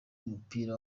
w’umupira